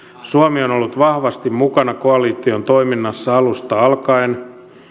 suomi on ollut vahvasti mukana koalition toiminnassa alusta alkaen